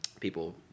people